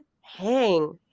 hang